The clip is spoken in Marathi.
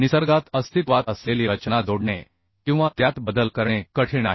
निसर्गात अस्तित्वात असलेली रचना जोडणे किंवा त्यात बदल करणे कठीण आहे